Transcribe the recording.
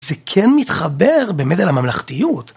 זה כן מתחבר באמת אל הממלכתיות.